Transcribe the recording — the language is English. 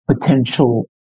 potential